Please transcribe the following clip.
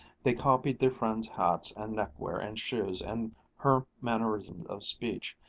they copied their friend's hats and neckwear and shoes and her mannerisms of speech,